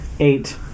Eight